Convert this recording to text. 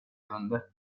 kunde